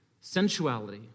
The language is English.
sensuality